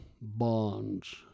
bonds